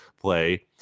play